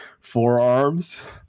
forearms